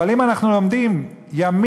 אבל אם אנחנו לומדים ימים,